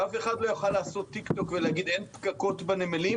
שאף אחד לא יוכל לעשות "טיק טוק" ולהגיד: אין פקקות בנמלים.